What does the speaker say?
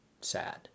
sad